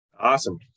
Awesome